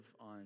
on